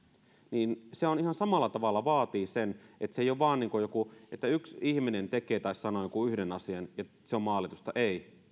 niin se ihan samalla tavalla vaatii sen että se ei ole vain joku yksi ihminen joka tekee tai sanoo jonkun yhden asian että se on maalitusta